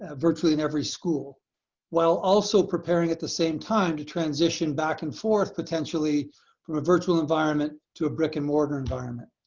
ah virtually in every school while also preparing at the same time to transition back and forth potentially from a virtual environment to a brick and mortar environment.